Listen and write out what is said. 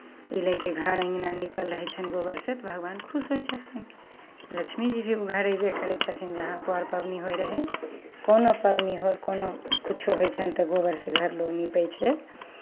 ई लए कऽ घर अङ्गना नीपल रहै छनि गोबरसँ तऽ भगवान खुश होइ छथिन लक्ष्मीजी भी ओ घर अयबे करै छथिन रहए पर पाबनि होइत रहय कोनो पाबनि होल कोनो किछो होइ छनि तऽ गोबरसँ घर लोक नीपै छै